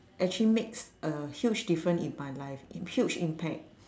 actually makes a huge different in my life huge impact